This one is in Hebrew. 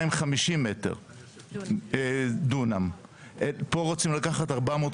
250 דונם, פה רוצים לקחת 450,